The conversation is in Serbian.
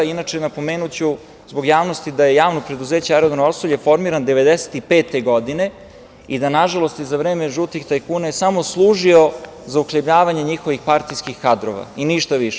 Inače, napomenuću, zbog javnosti, da je javno preduzeće aerodrom „Rosulje“ formirano 1995. godine i da, nažalost, i za vreme žutih tajkuna je samo služio za uhljebljavanje njihovih partijskih kadrova i ništa više.